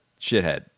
shithead